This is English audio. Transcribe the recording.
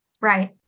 Right